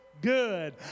good